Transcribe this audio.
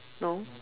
no